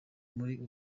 muri